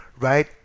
right